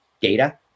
data